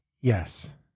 Yes